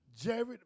Jared